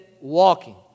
walking